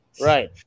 right